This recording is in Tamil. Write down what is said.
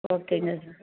ஓகேங்க சார்